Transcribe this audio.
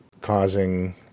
causing